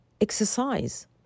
Exercise